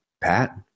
Pat